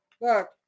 look